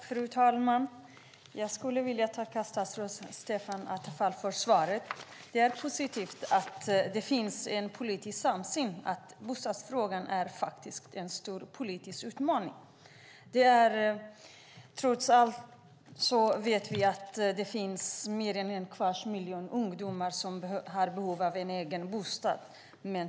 Fru talman! Jag skulle vilja tacka statsrådet Stefan Attefall för svaret. Det är positivt att det finns en politisk samsyn om att bostadsfrågan faktiskt är en stor politisk utmaning. Trots allt vet vi att det finns mer än en kvarts miljon ungdomar som har behov av en egen bostad.